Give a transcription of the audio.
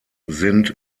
sind